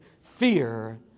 fear